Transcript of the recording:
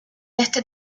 este